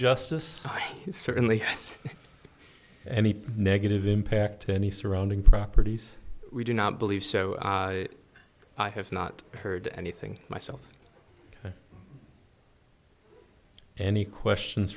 justice certainly any negative impact to any surrounding properties we do not believe so i have not heard anything myself any questions